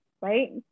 right